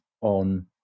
on